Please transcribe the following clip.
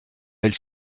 elle